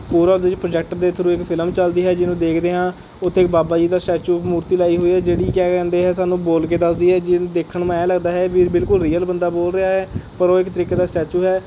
ਪੂਰਾ ਉਹਦੇ 'ਚ ਪ੍ਰੋਜੈਕਟ ਦੇ ਥਰੂ ਇੱਕ ਫਿਲਮ ਚੱਲਦੀ ਹੈ ਜਿਹਨੂੰ ਦੇਖਦੇ ਹਾਂ ਉੱਥੇ ਬਾਬਾ ਜੀ ਦਾ ਸਟੈਚੂ ਮੂਰਤੀ ਲਾਈ ਹੋਈ ਹੈ ਜਿਹੜੀ ਕਿਆ ਕਹਿੰਦੇ ਹੈ ਸਾਨੂੰ ਬੋਲ ਕੇ ਦੱਸਦੀ ਹੈ ਜਿਹਨੂੰ ਦੇਖਣ ਐਂ ਲੱਗਦਾ ਹੈ ਵੀ ਬਿਲਕੁਲ ਰਿਅਲ ਬੰਦਾ ਬੋਲ ਰਿਹਾ ਹੈ ਪਰ ਉਹ ਇੱਕ ਤਰੀਕੇ ਦਾ ਸਟੈਚੂ ਹੈ